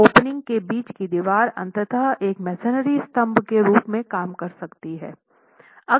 तो ओपनिंग के बीच की दीवार अंततः एक मेसनरी स्तंभ के रूप में काम कर सकती है